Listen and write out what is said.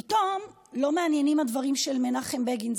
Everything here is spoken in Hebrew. פתאום לא מעניינים הדברים של מנחם בגין,